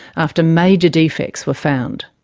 after major defects were found.